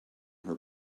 her